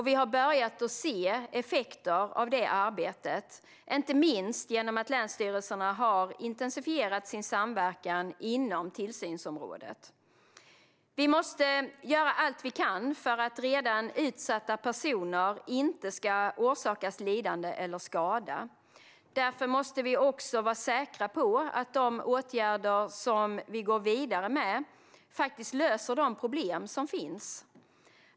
Vi har börjat att se effekter av detta arbete, inte minst genom att länsstyrelserna har intensifierat sin samverkan inom tillsynsområdet. Vi måste göra allt vi kan för att redan utsatta personer inte ska orsakas lidande eller skada. Därför måste vi också vara säkra på att de åtgärder som vi går vidare med faktiskt löser de problem som finns.